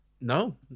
No